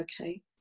okay